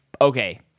okay